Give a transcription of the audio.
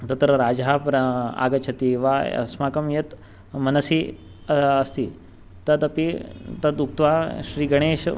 तत्र राजा प्रा आगच्छति वा अस्माकं यत् मनसि अस्ति तदपि तद् उक्त्वा श्रीगणेश